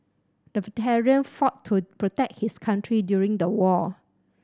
the veteran fought to protect his country during the war